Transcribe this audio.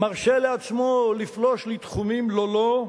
מרשה לעצמו לפלוש לתחומים לא לו,